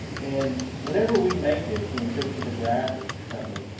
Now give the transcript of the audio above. and whenever we made this, when we took it to the graphics company,